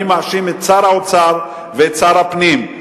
אני מאשים את שר האוצר ואת שר הפנים.